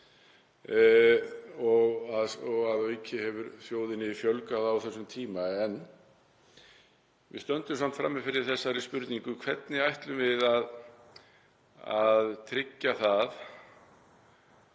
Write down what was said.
og að auki hefur þjóðinni fjölgað á þessum tíma. En við stöndum samt frammi fyrir þessari spurningu: Hvernig ætlum við að tryggja það